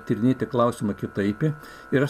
tyrinėti klausimą kitaip ir